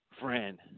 Friend